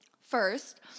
first